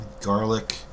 garlic